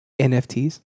NFTs